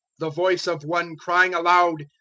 the voice of one crying aloud,